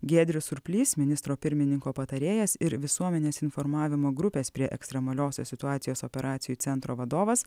giedrius surplys ministro pirmininko patarėjas ir visuomenės informavimo grupės prie ekstremaliosios situacijos operacijų centro vadovas